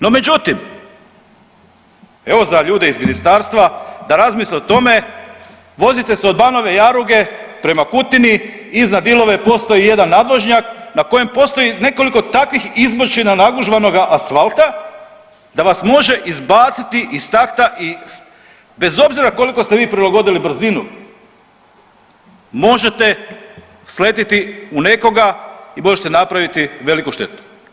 No međutim, evo za ljude iz ministarstva da razmisle o tome vozite se od Banove Jaruge prema Kutini iznad Ilove postoji jedan nadvožnjak na kojem postoji nekoliko takvih izbočina nagužvanoga asfalta da vas može izbaciti iz takta i bez obzira koliko ste vi prilagodili brzinu možete sletiti u nekoga i možete napraviti veliku štetu.